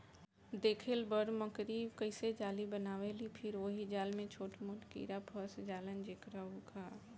देखेल बड़ मकड़ी कइसे जाली बनावेलि फिर ओहि जाल में छोट मोट कीड़ा फस जालन जेकरा उ खा लेवेलिसन